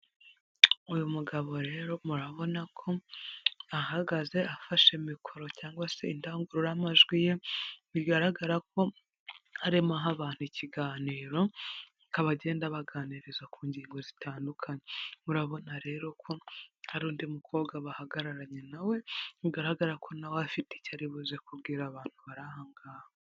Uyu mugabo rero murabona ko ahagaze afashe mikoro cyangwa se indangururamajwi ye, bigaragara ko arimo aha abantu ikiganiro akaba agenda abaganiriza ku ngingo zitandukanye, murabona rero ko hari undi mukobwa bahagararanye nawe bigaragara ko nawe afite icyo aribuze kubwira abantu bari ahangaha.